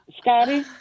Scotty